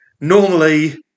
normally